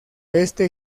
este